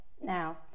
now